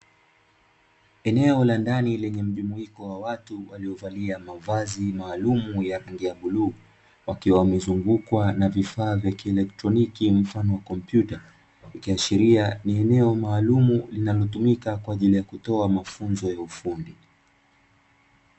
Eneo la ndani lenye mjumuiko wa watu waliovalia mavazi maalumu ya rangi ya bluu, wakiwa wamezungukwa na vifaa vya kielektroniki mfano wa kompyuta, ikiashiria ni eneo maalumu linalotumika kwa ajili ya kuto mafunzo ya ufundi.